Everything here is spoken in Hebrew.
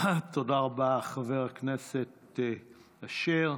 תודה רבה לחבר הכנסת אשר.